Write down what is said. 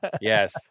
Yes